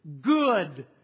good